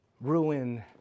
ruin